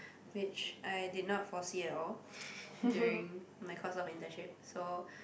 which I did not foresee at all during my course of internship so